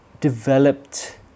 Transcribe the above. developed